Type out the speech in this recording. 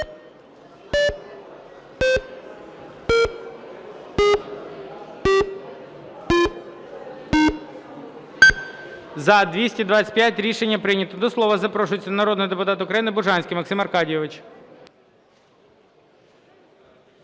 За-225 Рішення прийнято. До слова запрошується народний депутат України Бужанський Максим Аркадійович.